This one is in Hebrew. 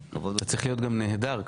אתה צריך להיות גם נהדר כמוהו.